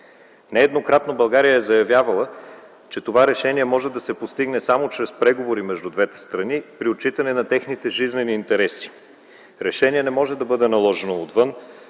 Не еднократно България е заявявала, че това решение може да се постигне само чрез преговори между двете страни, при отчитане на техните жизнени интереси. Решение не може да бъде наложено отвън.